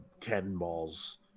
Cannonball's